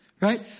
Right